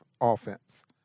offense